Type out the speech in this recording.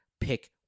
pick